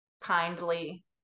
kindly